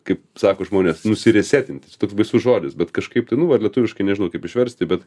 kaip sako žmonės nusiresetinti jis toks baisus žodis bet kažkaip nu va lietuviškai nežinau kaip išversti bet